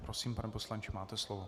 Prosím, pane poslanče, máte slovo.